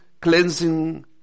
cleansing